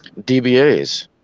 DBAs